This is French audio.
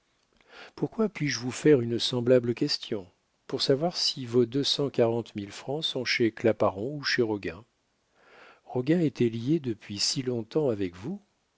pourquoi puis-je vous faire une semblable question pour savoir si vos deux cent quarante mille francs sont chez claparon ou chez roguin roguin était lié depuis si long-temps avec vous